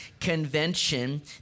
convention